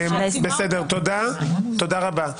תודה רבה.